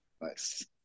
Nice